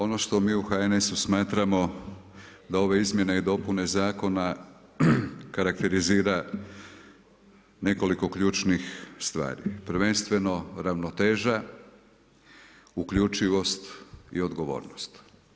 Ono što mi u HNS-u smatramo da ove izmjene i dopune zakona karakterizira nekoliko ključnih stvari prvenstveno ravnoteža, uključivost i odgovornost.